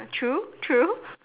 true true